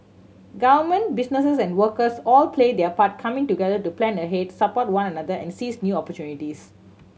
government businesses and workers all play their part coming together to plan ahead support one another and seize new opportunities